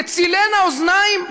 תצילנה אוזניים,